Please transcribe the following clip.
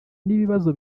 n’ibibazo